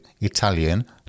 Italian